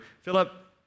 Philip